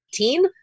18